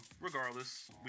regardless